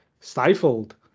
stifled